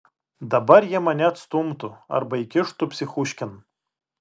dabar jie mane atstumtų arba įkištų psichuškėn